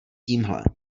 tímhle